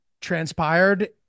transpired